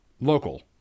local